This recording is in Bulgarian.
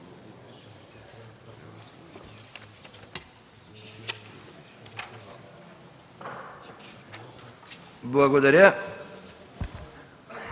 Благодаря